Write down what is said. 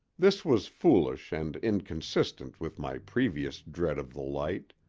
this was foolish and inconsistent with my previous dread of the light,